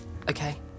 Okay